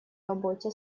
работе